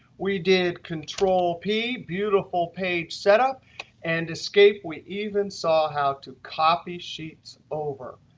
we did control p beautiful page setup and escape. we even saw how to copy sheets over.